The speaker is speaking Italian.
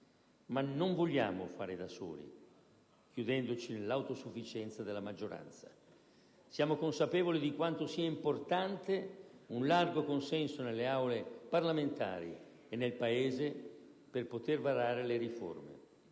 Ma non vogliamo fare da soli, chiudendoci nell'autosufficienza della maggioranza: siamo consapevoli di quanto sia importante un largo consenso nelle Aule parlamentari e nel Paese per poter varare le riforme.